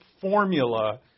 formula